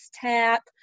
tap